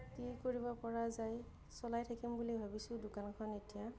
কি কৰিব পৰা যায় চলাই থাকিম বুলি ভাবিছোঁ দোকানখন এতিয়া